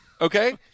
Okay